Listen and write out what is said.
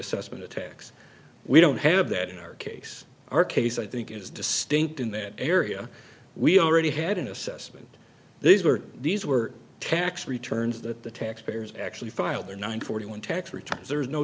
assessment of tax we don't have that in our case our case i think is distinct in that area we already had an assessment these were these were tax returns that the taxpayers actually filed their nine forty one tax returns there's no